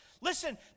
Listen